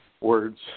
words